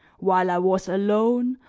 while i was alone,